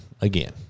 Again